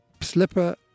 Slipper